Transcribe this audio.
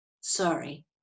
sorry